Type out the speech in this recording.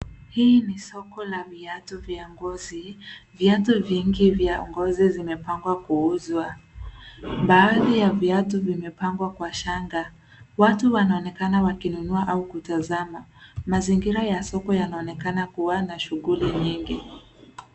Hii ni soko la viatu vya ngozi. Viatu vingi vya ngozi zimepangwa kuuzwa. Baadhi ya viatu vimepangwa kwa shanga. Watu wanaonekana wakinunua au kutazama. Mazingira ya soko yanaonekana kuwa na shughuli nyingi.